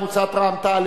קבוצת רע"ם-תע"ל,